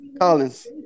Collins